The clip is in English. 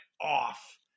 off